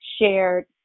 shared